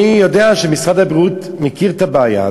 אני יודע שמשרד הבריאות מכיר את הבעיה,